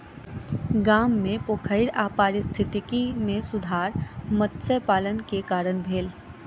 गाम मे पोखैर आ पारिस्थितिकी मे सुधार मत्स्य पालन के कारण भेल